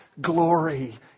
glory